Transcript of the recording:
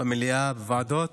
למליאה, לוועדות,